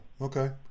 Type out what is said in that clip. okay